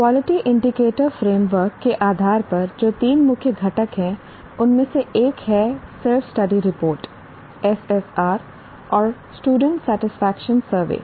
quality indicator framework के आधार पर जो तीन मुख्य घटक हैं उनमें से एक है सेल्फ स्टडी रिपोर्ट SSR और स्टूडेंट सेटिस्फेक्शन सर्वे